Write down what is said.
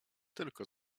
tylko